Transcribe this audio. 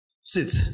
Sit